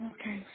Okay